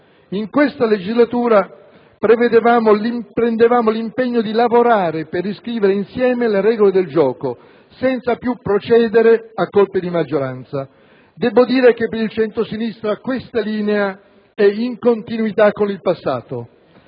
in questa legislatura prendevamo l'impegno di lavorare per riscrivere insieme le regole del gioco, senza più procedere a colpi di maggioranza. Debbo dire che per il centrosinistra questa linea è in continuità con il passato.